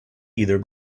either